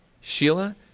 Sheila